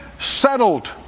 settled